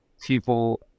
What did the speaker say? people